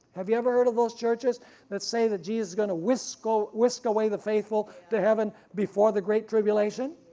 have you ever heard of those churches that say that jesus is gonna whisk ah whisk away the faithful to heaven before the great tribulation,